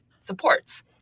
supports